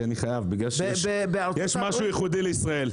כי אני חייב יש משהו ייחודי לישראל.